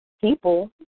people